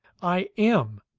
i am!